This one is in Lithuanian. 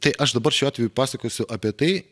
tai aš dabar šiuo atveju pasakosiu apie tai